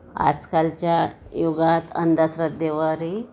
आजकालच्या युगात अंधश्रद्धेवरही